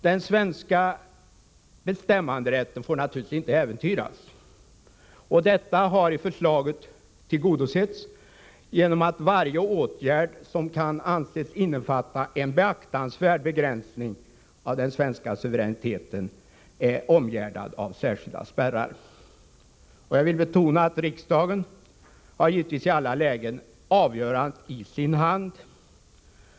Den svenska bestämmanderätten får naturligtvis inte äventyras. Detta har i förslaget tillgodosetts genom att varje åtgärd som kan anses innefatta en beaktansvärd begränsning av den svenska suveräniteten är omgärdad av särskilda spärrar. Riksdagen har givetvis i alla lägen avgörandet i sin hand.